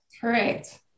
Correct